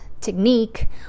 technique